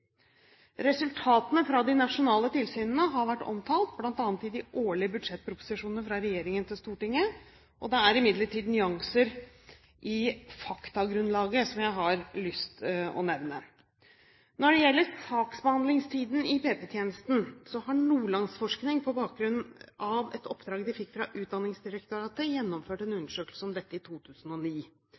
Resultatene fra de nasjonale tilsynene har vært omtalt bl.a. i de årlige budsjettproposisjonene fra regjeringen til Stortinget. Det er imidlertid nyanser i faktagrunnlaget som jeg har lyst til å nevne. Når det gjelder saksbehandlingstiden i PP-tjenesten, gjennomførte Nordlandsforskning på bakgrunn av et oppdrag de fikk fra Utdanningsdirektoratet en undersøkelse om dette i 2009.